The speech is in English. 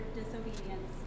disobedience